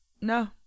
no